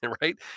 right